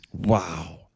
Wow